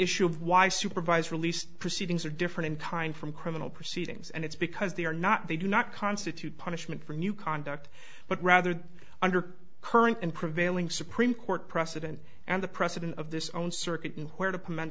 issue of why supervised release proceedings are different in kind from criminal proceedings and it's because they are not they do not constitute punishment for new conduct but rather under current and prevailing supreme court precedent and the precedent of this own circuit and where to put men